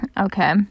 okay